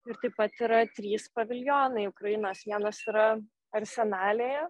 kur taip pat yra trys paviljonai ukrainos vienas yra arsenalėje